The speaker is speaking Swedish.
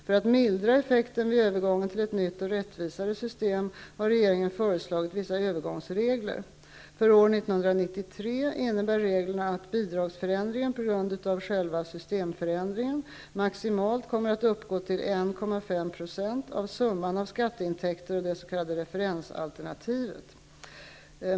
För att mildra effekterna vid övergången till ett nytt och rättvisare system har regeringen föreslagit vissa övergångsregler. För år 1993 innebär reglerna att bidragsförändringen på grund av själva systemförändringen maximalt kommer att uppgå till 1,5 % av summan av skatteintäkter och det s.k. referensalternativet.